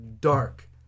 dark